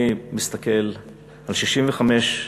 אני מסתכל על 65,